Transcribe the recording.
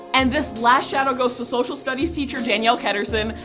and this last shout out goes to social studies teacher, danielle ketterson,